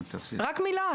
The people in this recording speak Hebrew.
רק מילה.